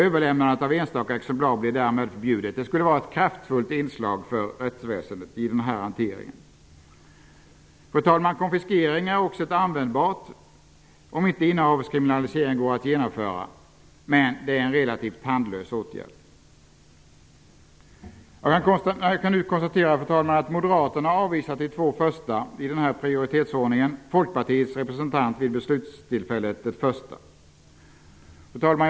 Överlämnande av enstaka exemplar blir därmed förbjudet. Det skulle vara ett kraftfullt inslag för rättsväsendet i den här hanteringen. Konfiskeringar är användbart om inte innehavskriminalisering går att genomföra, men det är en relativt tandlös åtgärd. Jag kan nu konstatera att Moderaterna har avvisat de två första åtgärderna i denna prioritetsordning och att Folkpartiets representant vid beslutstillfället avvisade det första. Fru talman!